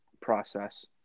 process